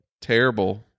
Terrible